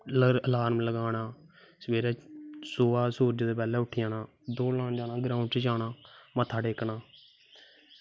लार्म लगाना सवेरै सुवह सुरज दे पैह्लें उट्ठी जाना दौड़ लान जाना ग्राउंड च जाना मत्था टेकना